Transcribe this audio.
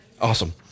Awesome